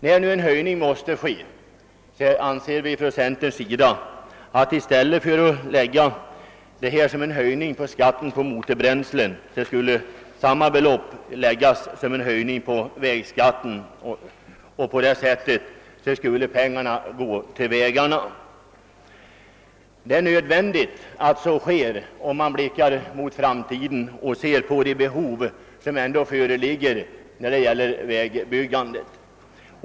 När nu en höjning måste företas anser vi i centerpartiet att beloppet borde tas ut i form av en höjning av vägskatten i stället för en höjning av skatten på motorbränslen — på det sättet skulle pengarna gå till vägarna. Om man blickar mot framtiden inser man att det är nödvändigt att så sker med hänsyn till de behov som föreligger när det gäller vägbyggandet.